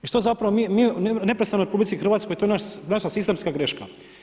I što zapravo mi, mi neprestano u RH to je naša sistemska greška.